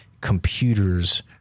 computers